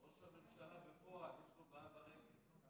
הממשלה בפועל, יש לו בעיה ברגל.